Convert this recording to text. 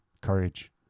courage